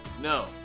No